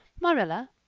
marilla,